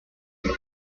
log